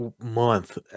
month